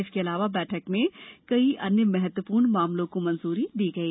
इसके अलावा बैठक में कई अन्य महत्वपूर्ण मामलों को मंजुरी दी गई